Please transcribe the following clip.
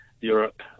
Europe